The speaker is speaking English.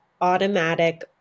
automatic